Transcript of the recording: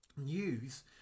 news